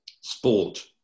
sport